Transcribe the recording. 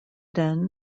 den